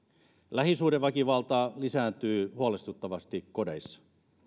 lähisuhdeväkivalta lisääntyy huolestuttavasti kodeissa